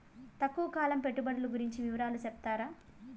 తక్కువ కాలం పెట్టుబడులు గురించి వివరాలు సెప్తారా?